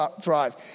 thrive